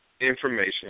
information